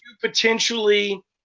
potentially